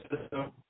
system